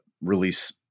release